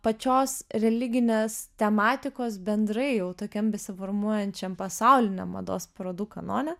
pačios religinės tematikos bendrai jau tokiam besiformuojančiam pasauliniam mados parodų kanone